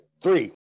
three